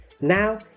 Now